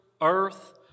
earth